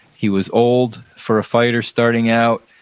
he was old for a fighter starting out.